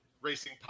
Racing